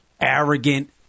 Arrogant